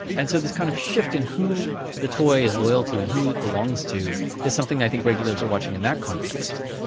and so this kind of shift in who the toy is loyal to and who it belongs to is something i think regulators are watching in that context.